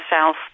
south